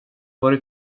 varit